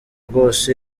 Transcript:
rwose